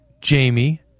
Jamie